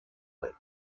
lake